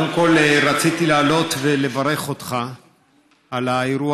קודם כול רציתי לעלות ולברך אותך על האירוע